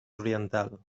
oriental